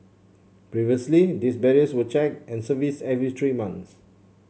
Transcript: previously these barriers were check and service every three month